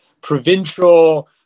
provincial